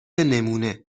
نمونهمن